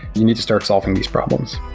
you need to start solving these problems.